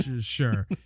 Sure